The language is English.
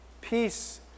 Peace